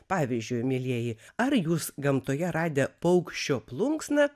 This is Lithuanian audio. pavyzdžiui mielieji ar jūs gamtoje radę paukščio plunksną